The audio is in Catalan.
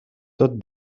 tot